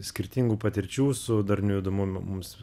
skirtingų patirčių su darniu judumu mums